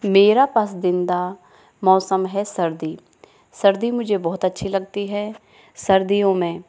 मेरा पसंदीदा मौसम है सर्दी सर्दी मुझे बहुत अच्छी लगती है सर्दियों में